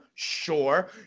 Sure